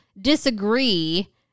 disagree